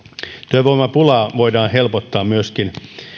työvoimapulaa voidaan helpottaa myöskin